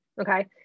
Okay